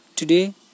Today